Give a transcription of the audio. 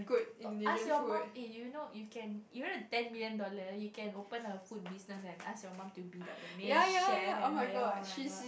ask your mum eh you know you can you know the ten million dollar you can open a food business and ask your mum to be like the main chef and hire oh-my-god